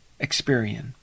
Experian